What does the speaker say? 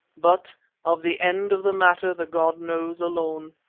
but of the end of the matter the god knows alone,